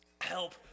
help